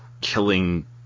killing